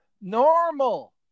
normal